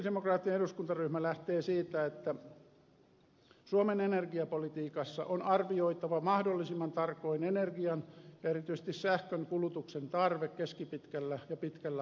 kristillisdemokraattinen eduskuntaryhmä lähtee siitä että suomen energiapolitiikassa on arvioitava mahdollisimman tarkoin energian ja erityisesti sähkön kulutuksen tarve keskipitkällä ja pitkällä aikavälillä